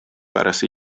pärast